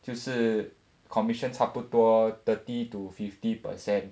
就是 commission 差不多 thirty to fifty per cent